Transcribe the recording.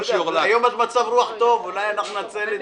היום את במצב רוח טוב, אולי ננצל את זה ...